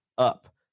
up